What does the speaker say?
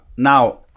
Now